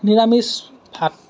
নিৰামিচ ভাত